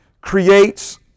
creates